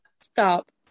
stop